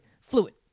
fluid